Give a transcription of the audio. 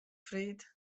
freed